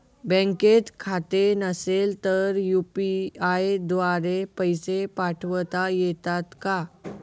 बँकेत खाते नसेल तर यू.पी.आय द्वारे पैसे पाठवता येतात का?